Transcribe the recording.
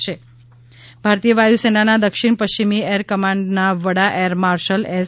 હવાઇ દળ ભારતીય વાયુ સેનાના દક્ષિણ પશ્ચિમી એર કમાન્ડના વડા એરમાર્શલ એસ